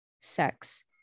sex